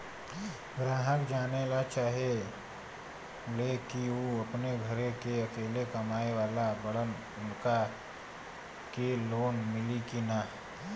ग्राहक जानेला चाहे ले की ऊ अपने घरे के अकेले कमाये वाला बड़न उनका के लोन मिली कि न?